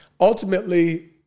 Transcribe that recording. Ultimately